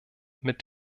mit